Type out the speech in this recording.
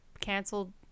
canceled